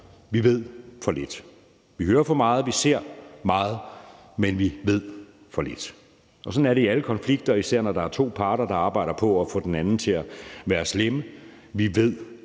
Vi ved for lidt. Vi hører for meget, og vi ser meget, men vi ved for lidt, og sådan er det i alle konflikter, især når der er to parter, der arbejder på at få den anden til at være den slemme. Vi ved